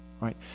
right